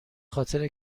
خاطر